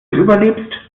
überlebst